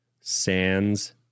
sands